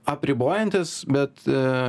apribojantis bet